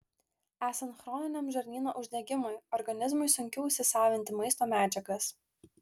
esant chroniniam žarnyno uždegimui organizmui sunkiau įsisavinti maisto medžiagas